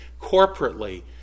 corporately